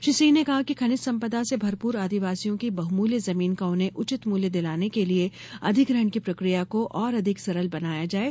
श्री सिंह ने कहा कि खनिज संपदा से भरपूर आदिवासियों की बहुमूल्य जमीन का उन्हें उचित मूल्य दिलाने के लिये अधिग्रहण की प्रक्रिया को और अधिक सरल बनाया जाये